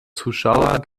zuschauer